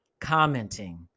commenting